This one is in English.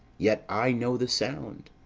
yet i know the sound.